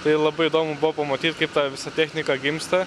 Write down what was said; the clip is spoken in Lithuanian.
tai labai įdomu buvo pamatyt kaip ta visa technika gimsta